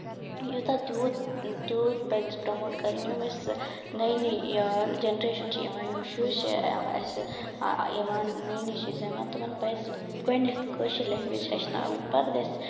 یوٗتاہ تیوٗت تیوٗت پَزِ اَسہِ پراموٹ کَرٕنۍ یِم اَسہِ نٔے نٔے جینریشن چھِ یِوان یِم شُرۍ چھِ اسہِ یِوان نٔے نٔے چیٖز یِوان تِمن پَزِ گۄڈٕنیتھ کٲشِر لینگویج ہٮ۪چھناوٕنۍ پَتہٕ گژھِ